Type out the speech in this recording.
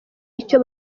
icyo